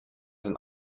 den